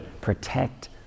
protect